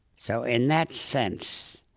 so in that sense,